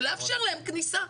ולאפשר להם כניסה.